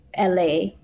la